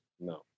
No